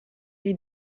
gli